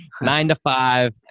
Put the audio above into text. nine-to-five